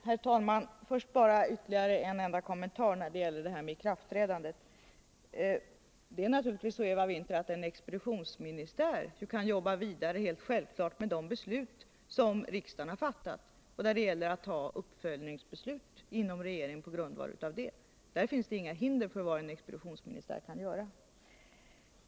Herr talman! Först bara ytterligare en kommentar beträffande ikraftträdandet. En expeditionsministär kan naturligtvis jobba vidare med de beslut som riksdagen har fattat. Den kan ta uppföljningsbeslut på grundval av riksdagsbesluten. Där finns det inga hinder för vad en expeditionsministär kan göra.